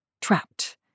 Trapped